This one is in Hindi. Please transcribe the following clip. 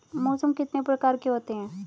मौसम कितने प्रकार के होते हैं?